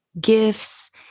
gifts